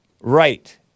right